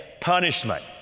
punishment